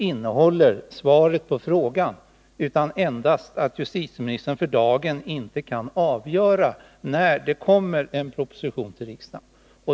Det står bara att justitieministern för dagen inte kan avgöra Nr 76 när det kommer en proposition till riksdagen.